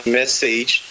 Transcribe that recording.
message